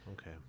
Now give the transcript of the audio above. Okay